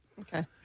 Okay